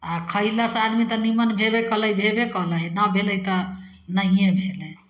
आओर खएलासँ आदमी तऽ निम्मन भेबे कएलै भेबे कएलै नहि भेलै तऽ नहिए भेलै